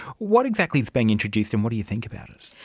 what exactly is being introduced and what do you think about it?